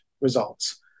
results